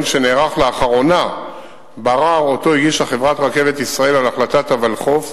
שנערך לאחרונה בערר שהגישה חברת "רכבת ישראל" על החלטת הוולחו"ף